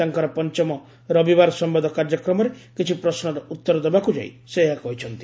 ତାଙ୍କର ପଞ୍ଚମ ରବିବାର ସମ୍ଭାଦ କାର୍ଯ୍ୟକ୍ରମରେ କିଛି ପ୍ରଶ୍ନର ଉତ୍ତର ଦେବାକୁ ଯାଇ ସେ ଏହା କହିଚ୍ଛନ୍ତି